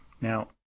Now